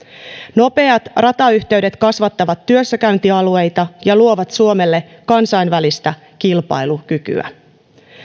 nopeat ratayhteydet kasvattavat työssäkäyntialueita ja luovat suomelle kansainvälistä kilpailukykyä